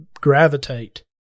gravitate